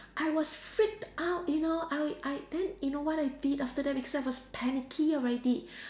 I was freaked out you know I I then you know what I did after that because I was panicky already